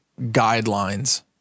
guidelines